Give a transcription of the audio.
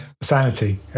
Sanity